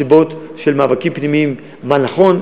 מסיבות של מאבקים פנימיים: מה נכון,